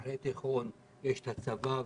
כשלאחר התיכון יש את הצבא וכו'